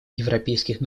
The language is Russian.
европейских